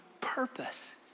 purpose